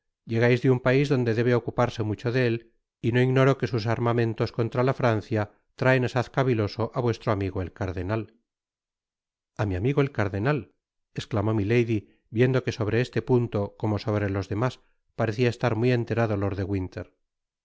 llegais de un pais donde debe ocuparse mucho de él y no ignoro que sus armamentos contra la francia traen asaz caviloso á vuestro amigo el cardenal a mi amigo el cardenal esclamó milady viendo que sobre ese punto como sobre los demás parecia estar muy enterado lord de winter no